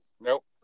Nope